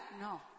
No